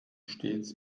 stets